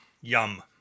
Yum